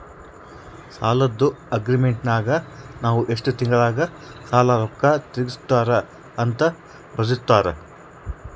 ಸಾಲದ್ದು ಅಗ್ರೀಮೆಂಟಿನಗ ನಾವು ಎಷ್ಟು ತಿಂಗಳಗ ಸಾಲದ ರೊಕ್ಕ ತೀರಿಸುತ್ತಾರ ಅಂತ ಬರೆರ್ದಿರುತ್ತಾರ